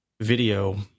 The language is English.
video